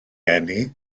eni